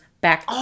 back